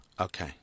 Okay